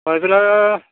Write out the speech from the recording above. मायब्रा